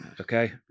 Okay